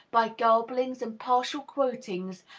by garblings and partial quotings,